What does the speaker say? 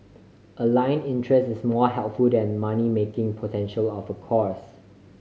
align interest is more helpful than money making potential of a course